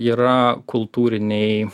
yra kultūriniai